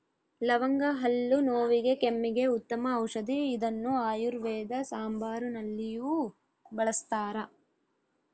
ಲವಂಗ ಹಲ್ಲು ನೋವಿಗೆ ಕೆಮ್ಮಿಗೆ ಉತ್ತಮ ಔಷದಿ ಇದನ್ನು ಆಯುರ್ವೇದ ಸಾಂಬಾರುನಲ್ಲಿಯೂ ಬಳಸ್ತಾರ